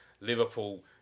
Liverpool